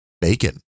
bacon